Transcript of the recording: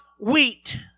wheat